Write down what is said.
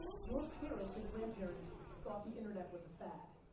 your parents and grandparents thought the internet was a fad.